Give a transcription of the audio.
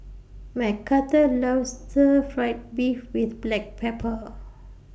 Mcarthur loves Stir Fried Beef with Black Pepper